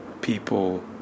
people